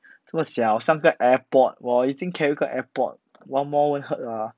这么小像个 airpod 我已经 carry 过 airpod one more won't hurt lah